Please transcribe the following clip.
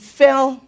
fell